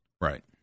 Right